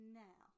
now